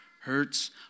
Hurts